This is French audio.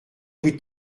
vous